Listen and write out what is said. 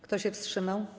Kto się wstrzymał?